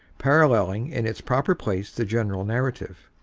paralleling in its proper place the general narrative.